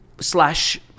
slash